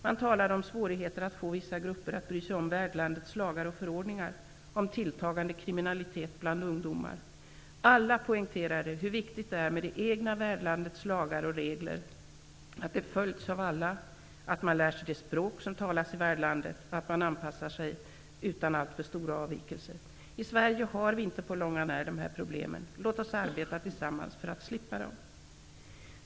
Man talade om svårigheten att få vissa grupper att bry sig om värdlandets lagar och förordningar och om tilltagande kriminalitet bland ungdomar. Alla poängterade hur viktigt det är att värdlandets lagar och regler följs av alla, att man lär sig det språk som talas i värdlandet och att man anpassar sig utan alltför stora avvikelser. I Sverige har vi inte på långt när de här problemen. Låt oss arbeta tillsammans för att slippa dem!